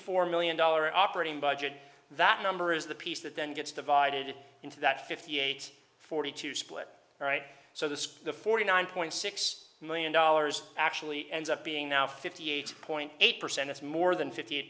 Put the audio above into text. four million dollar operating budget that number is the piece that then gets divided into that fifty eight forty two split all right so this the forty nine point six million dollars actually ends up being now fifty eight point eight percent it's more than fifty